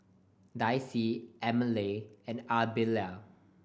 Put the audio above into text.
Dicie Emmalee and Ardelia